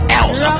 else